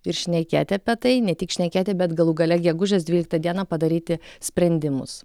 ir šnekėti apie tai ne tik šnekėti bet galų gale gegužės dvyliktą dieną padaryti sprendimus